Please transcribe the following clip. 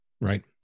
Right